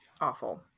Awful